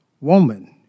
Woman